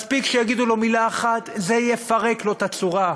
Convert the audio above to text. מספיק שיגידו לו מילה אחת, זה יפרק לו את הצורה.